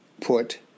put